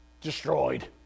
destroyed